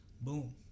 boom